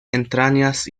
entrañas